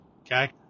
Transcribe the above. Okay